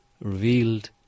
revealed